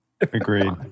agreed